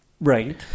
right